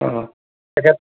অঁ তেখেত